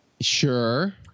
Sure